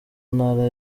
ntara